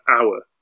hour